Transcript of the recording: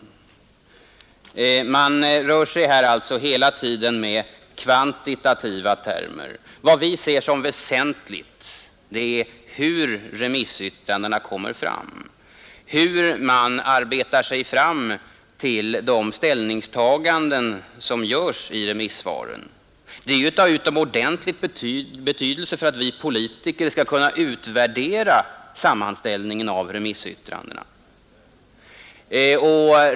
Man rör sig här alltså hela tiden med kvantitativa termer. Vad vi ser som väsentligt är hur remissyttrandena kommer fram, hur man arbetar sig fram till de ställningstaganden som görs i remissvaren. Det är ju av utomordentlig betydelse för att vi politiker skall utvärdera sammanställningar av remissyttranden.